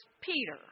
Peter